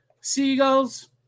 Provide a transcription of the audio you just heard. seagulls